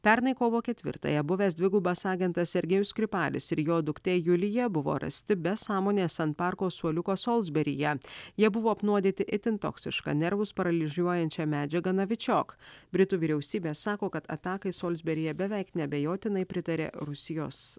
pernai kovo ketvirtąją buvęs dvigubas agentas sergėjus skripalis ir jo duktė julija buvo rasti be sąmonės ant parko suoliuko solsberyje jie buvo apnuodyti itin toksiška nervus paralyžiuojančia medžiaga navičiok britų vyriausybė sako kad atakai solsberyje beveik neabejotinai pritarė rusijos